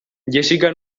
jessica